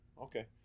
Okay